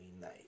night